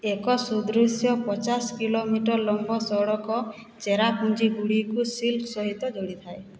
ଏକ ସୁଦୃଶ୍ୟ ପଚାଶ କିଲୋମିଟର ଲମ୍ବ ସଡ଼କ ଚେରାପୁଞ୍ଜି ଗୁଡ଼ିକୁ ସିଲ୍କ ସହିତ ଯୋଡ଼ିଥାଏ